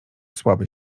słabe